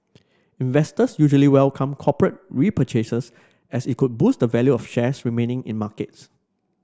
investors usually welcome corporate repurchases as it could boost the value of shares remaining in markets